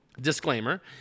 disclaimer